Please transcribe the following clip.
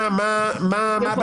מה הבעיה בזה?